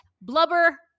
blubber